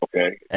Okay